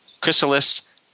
Chrysalis